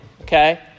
Okay